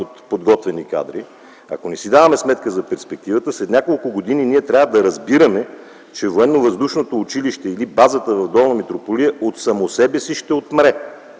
от подготвени кадри, ако не си даваме сметка за перспективата, след няколко години ние трябва да разбираме, че Военновъздушното училище или базата в Долна Митрополия от само себе си ще отмре,